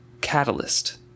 Catalyst